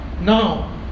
Now